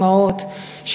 אימהות,